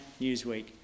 Newsweek